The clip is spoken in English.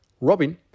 Robin